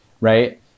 right